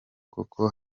kuko